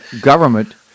government